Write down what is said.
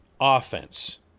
offense